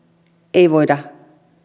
ei voida